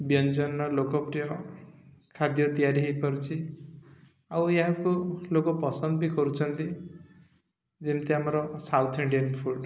ବ୍ୟଞ୍ଜନର ଲୋକପ୍ରିୟ ଖାଦ୍ୟ ତିଆରି ହେଇପାରୁଛି ଆଉ ଏହାକୁ ଲୋକ ପସନ୍ଦ ବି କରୁଛନ୍ତି ଯେମିତି ଆମର ସାଉଥ୍ ଇଣ୍ଡିଆନ୍ ଫୁଡ଼୍